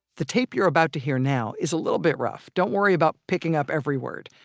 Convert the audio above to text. the tape you're about to hear now is a little bit rough. don't worry about picking up every word.